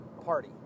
party